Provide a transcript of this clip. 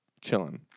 chilling